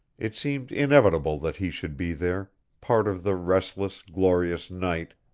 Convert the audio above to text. it seemed inevitable that he should be there part of the restless, glorious night,